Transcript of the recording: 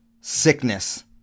sickness